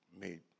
made